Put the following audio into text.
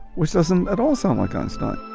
which doesn't at all sound like unstopped